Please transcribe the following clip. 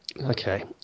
Okay